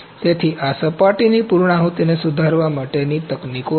તેથી આ સપાટી પૂર્ણાહુતિને સુધારવા માટેની તકનીકો છે